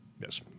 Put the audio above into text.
Yes